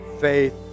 faith